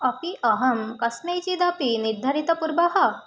अपि अहं कस्मैचिदपि निर्धारितपूर्वः